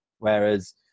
Whereas